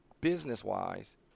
business-wise